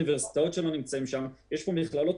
אפשר להציע למשרד החינוך שבמצב בו מפצלים